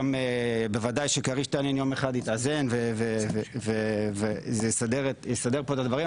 גם בוודאי שכריש תנין יום אחד יתאזן וזה יסדר פה את הדברים.